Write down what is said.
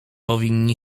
powinni